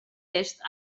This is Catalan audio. est